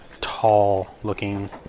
tall-looking